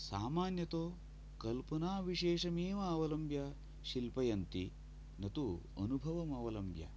सामान्यतो कल्पना विशेषमेव अवलम्ब्य शिल्पयन्ति न तु अनुभवम् अवलम्ब्य